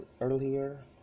earlier